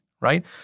right